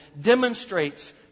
demonstrates